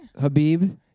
Habib